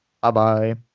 Bye-bye